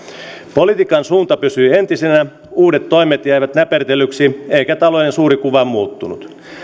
politiikan suunta pysyi entisenä uudet toimet jäivät näpertelyksi eikä talouden suuri kuva muuttunut